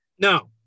No